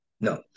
No